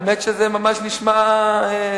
האמת שזה ממש נשמע מוטה,